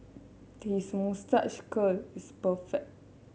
his moustache curl is perfect